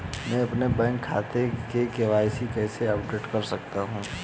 मैं अपने बैंक खाते में के.वाई.सी कैसे अपडेट कर सकता हूँ?